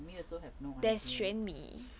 mummy also have no idea